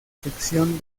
ficción